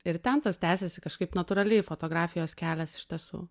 ir ten tas tęsėsi kažkaip natūraliai fotografijos kelias iš tiesų